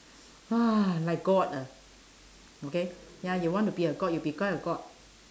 like god ah okay ya you want to be a god you become a god